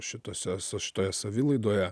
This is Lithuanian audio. šituose šitoje savilaidoje